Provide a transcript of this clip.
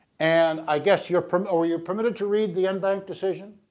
and i guess you're permitted you're permitted to read the en banc decision?